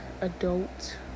adult